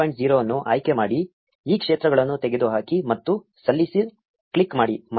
0 ಅನ್ನು ಆಯ್ಕೆ ಮಾಡಿ ಈ ಕ್ಷೇತ್ರಗಳನ್ನು ತೆಗೆದುಹಾಕಿ ಮತ್ತು ಸಲ್ಲಿಸು ಕ್ಲಿಕ್ ಮಾಡಿ